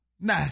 Nah